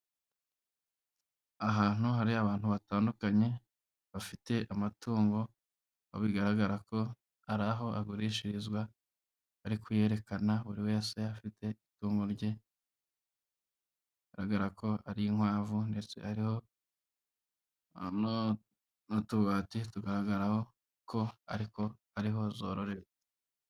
Ahantu hari abantu batandukanye bafite amatungo bigaragara ko hari aho agurishirizwa, bari kuyerekana buri wese afite itungo rye agaragara ko ari inkwavu ndetse hariho n'utubati tugaragaraho ko ari ho zororerwa.